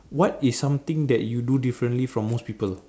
what is something that you do differently from most people